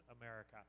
america